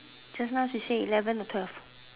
just now she say eleven or twelve